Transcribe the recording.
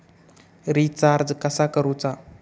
Recharge कसा करूचा?